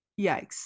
yikes